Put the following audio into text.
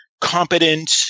competent